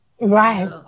right